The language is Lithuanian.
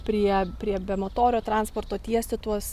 prie prie bemotorio transporto tiesti tuos